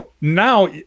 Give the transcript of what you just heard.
now